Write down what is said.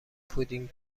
پودینگ